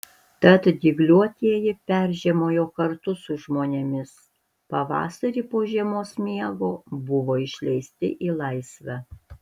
tad dygliuotieji peržiemojo kartu su žmonėmis pavasarį po žiemos miego buvo išleisti į laisvę